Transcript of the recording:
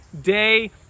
day